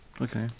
Okay